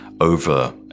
over